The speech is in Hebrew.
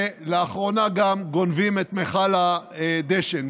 ולאחרונה גם גונבים את מכל הדשן.